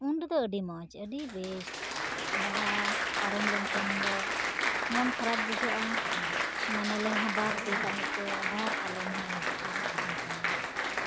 ᱩᱱ ᱨᱮᱫᱚ ᱟᱹᱰᱤ ᱢᱚᱡᱽ ᱟᱹᱰᱤ ᱵᱮᱥ ᱵᱟᱦᱟ ᱯᱟᱨᱚᱢ ᱞᱮᱱᱠᱷᱟᱱᱫᱚ ᱢᱚᱱ ᱠᱷᱟᱨᱟᱯ ᱵᱩᱡᱷᱟᱹᱜᱼᱟ ᱢᱮᱱ ᱟᱞᱮ ᱟᱵᱟᱨ ᱛᱤᱥ ᱟᱹᱱᱤᱡ ᱪᱚ ᱟᱵᱟᱨ ᱠᱟᱞᱚᱢ ᱦᱟᱸᱜ ᱦᱤᱡᱩᱜᱼᱟ ᱩᱱ ᱥᱚᱢᱚᱭ